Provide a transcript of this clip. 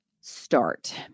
start